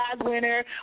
winner